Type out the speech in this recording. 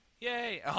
Yay